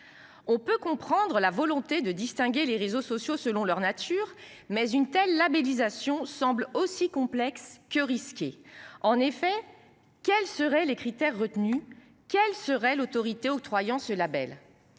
On peut comprendre la volonté de distinguer les réseaux sociaux, selon leur nature mais une telle labellisation semble aussi complexes que risqués en effet. Quels seraient les critères retenus. Quelle serait l'autorité octroyant ce Label.